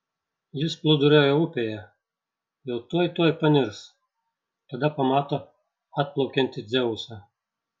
jis plūduriuoja upėje jau tuoj tuoj panirs tada pamato atplaukiantį dzeusą